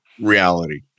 reality